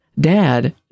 dad